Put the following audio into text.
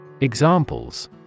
Examples